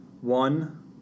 one